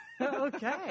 okay